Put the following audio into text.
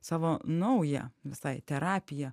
savo naują visai terapiją